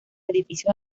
edificios